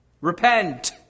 repent